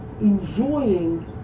enjoying